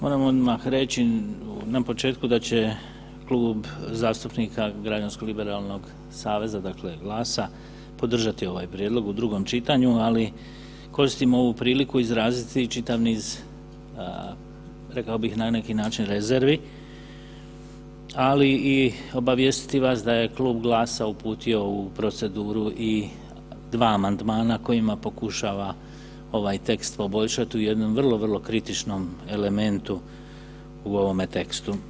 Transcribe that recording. Moram odmah reći na početku da će Klub zastupnika građansko liberalnog saveza, dakle GLAS-a podržati ovaj prijedlog u drugom čitanju, ali koristim ovu priliku izraziti čitav niz, rekao bih na neki način, rezervi, ali i obavijestiti vas da je Klub GLAS-a uputio u proceduru i dva amandmana kojima pokušava ovaj tekst poboljšat u jednom vrlo, vrlo kritičnom elementu u ovome tekstu.